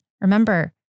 Remember